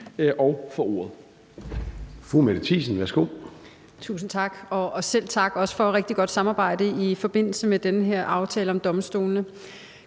tak for ordet.